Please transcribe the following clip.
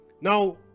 Now